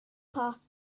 past